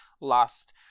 last